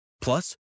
Plus